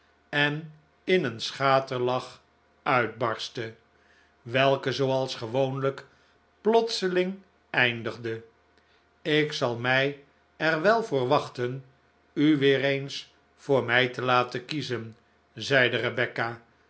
en in een schaterlach uitbarstte welke zooals gewoonlijk plotseling eindigde ik zal mij er wel voor wachten u weer eens voor mij te laten kiezen zeide rebecca